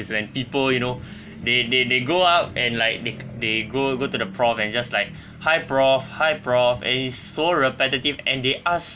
is when people you know they they they go up and like they they go go to the prof and just like hi prof hi prof it is so repetitive and they ask